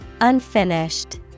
Unfinished